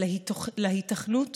להיתכנות